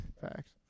Facts